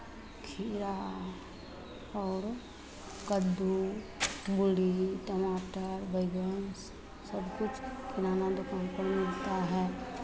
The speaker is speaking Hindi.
खीरा और कद्दू मूली टमाटर बैगन सबकुछ किराना दुकान पर मिलता है